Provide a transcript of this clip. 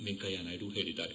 ವೆಂಕಯ್ಯ ನಾಯ್ದು ಹೇಳಿದ್ದಾರೆ